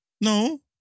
No